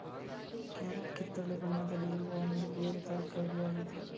carrot ಕಿತ್ತಳೆ ಬಣ್ಣದಲ್ಲಿ ಇರುವ ಒಂದು ಬೇರು ತರಕಾರಿ ಆಗಿದೆ